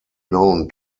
known